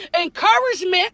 encouragement